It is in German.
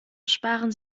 sparen